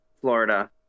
Florida